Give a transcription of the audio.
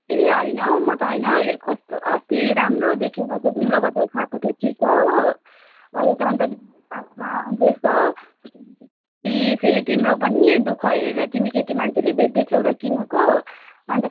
ए होइन हौ म त होइन कस्तो अस्ति राम्रो देखेर चाहिँ तिम्रोबाटै खाएको थिएँ ठिका हो अहिले त अन्त दुधै पत्ला आउँदैछ फेरि तिम्रो पनि दुःख हेरेर तिमी केटी मान्छेले बेच्दैथ्यौ र किनेको अन्त फेरि